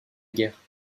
guerre